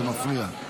זה מפריע.